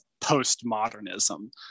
postmodernism